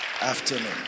afternoon